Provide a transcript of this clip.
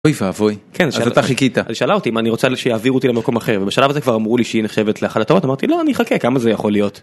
אוי ואווי, אז אתה חיכית. אז היא שאלה אותי אם אני רוצה שיעבירו אותי למקום אחר, ובשלב הזה כבר אמרו לי שהיא נחשבת לאחד הטובות, אמרתי לא, אני אחכה, כמה זה יכול להיות.